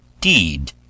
deed